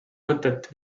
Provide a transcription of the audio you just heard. mõtet